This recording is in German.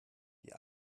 die